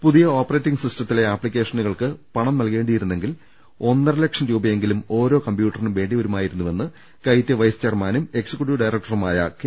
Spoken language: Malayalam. പുതിയ ഓപ്പറേറ്റിംഗ് സിസ്റ്റത്തിലെ ആപ്ലിക്കേഷനുകൾക്ക് പണം നൽകേണ്ടി യിരുന്നെങ്കിൽ ഒന്നരലക്ഷം രൂപയെങ്കിലും ഓരോ കമ്പ്യൂട്ടറിനും വേണ്ടി വരുമായി രുന്നുവെന്ന് കൈറ്റ് വൈസ് ചെയർമാനും എക്സി ക്യൂട്ടീവ് ഡയറക്ടറുമായ കെ